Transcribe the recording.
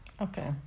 Okay